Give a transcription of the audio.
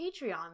Patreon